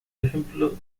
ejemplo